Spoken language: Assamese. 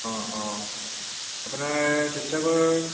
অঁ অঁ আপোনাৰ শিৱসাগৰ